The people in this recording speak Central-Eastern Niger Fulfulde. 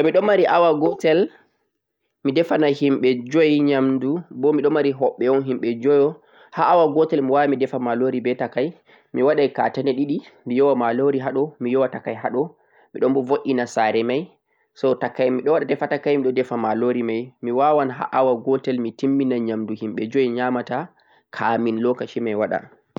Tomiɗon mari awa gotel mi defana himɓe joi nyamdu bo miɗon wari hoɓɓe himɓe joi ha awa gotel mi defai malori be takai, mi wadan katane ɗiɗi mi yowa malori haɗo mi yowa takai haɗomiɗon bo vod'ena sare mai. So miɗon defa takai miɗon defa malori ma. miwawan ha awa gotel mi timmina nyamdu himɓe joi nyamata kamin lokaci mai waɗa.